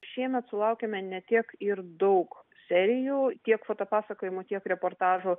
šiemet sulaukėme ne tiek ir daug serijų tiek fotopasakojimų tiek reportažų